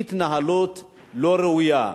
היא התנהלות לא ראויה,